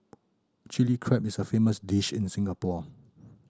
Chilli Crab is a famous dish in Singapore